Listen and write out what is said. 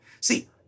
See